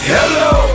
Hello